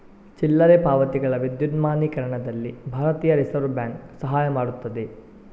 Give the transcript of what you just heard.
ಚಿಲ್ಲರೆ ಪಾವತಿಗಳ ವಿದ್ಯುನ್ಮಾನೀಕರಣದಲ್ಲಿ ಭಾರತೀಯ ರಿಸರ್ವ್ ಬ್ಯಾಂಕ್ ಸಹಾಯ ಮಾಡುತ್ತದೆ